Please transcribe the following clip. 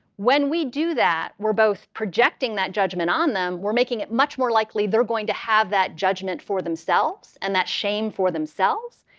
when we do that, we're both projecting that judgment on them. we're making it much more likely they're going to have that judgment for themselves and that shame for themselves.